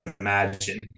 imagine